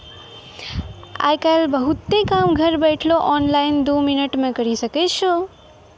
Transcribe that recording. आय काइल बहुते काम घर बैठलो ऑनलाइन दो मिनट मे करी सकै छो